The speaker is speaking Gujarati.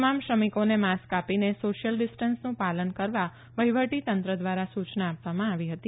તમામ શ્રમિકોને માસ્ક આપીને સોશિયલ ડિસ્ટન્સનું પાલન કરવાવહીવટી તંત્ર દ્વારા સૂચના આપવામાં આવી હતી